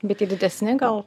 bet jie didesni gal